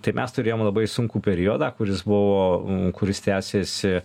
tai mes turėjom labai sunkų periodą kuris buvo kuris tęsėsi